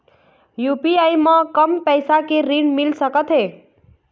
UPI म कम पैसा के ऋण मिल सकथे?